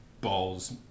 balls